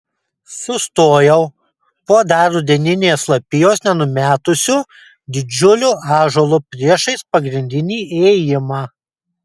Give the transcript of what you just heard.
sustojau po dar rudeninės lapijos nenumetusiu didžiuliu ąžuolu priešais pagrindinį įėjimą